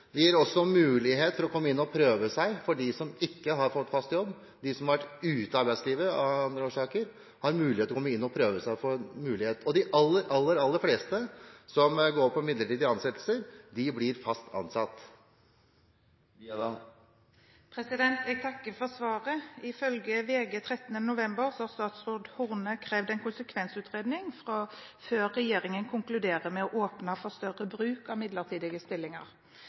Det gir en mulighet for dem som ikke har fått fast jobb, til å komme inn og prøve seg. De som har vært ute av arbeidslivet av andre årsaker, får mulighet til å komme inn og prøve seg. De aller, aller fleste som går på midlertidig ansettelse, blir fast ansatt. Jeg takker for svaret. Ifølge VG 13. november har statsråd Horne krevd en konsekvensutredning før regjeringen konkluderer med å åpne for større bruk av midlertidige stillinger,